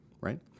right